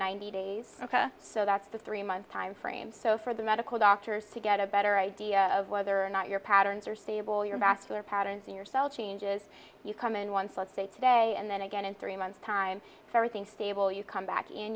ninety days ok so that's the three month timeframe so for the medical doctors to get a better idea of whether or not your patterns are stable your back to their patterns yourself changes you come in once let's say today and then again in three months time everything stable you come back in